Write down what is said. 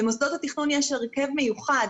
למוסדות התכנון יש הרכב מיוחד,